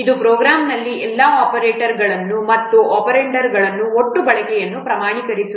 ಇದು ಪ್ರೋಗ್ರಾಂನಲ್ಲಿ ಎಲ್ಲಾ ಆಪರೇಟರ್ಗಳು ಮತ್ತು ಒಪೆರಾಂಡ್ಗಳ ಒಟ್ಟು ಬಳಕೆಯನ್ನು ಪ್ರಮಾಣೀಕರಿಸುತ್ತದೆ